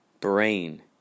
brain